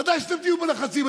ודאי שתהיו בלחצים.